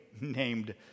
named